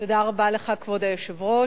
כבוד היושב-ראש,